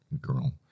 Girl